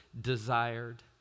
desired